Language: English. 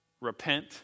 Repent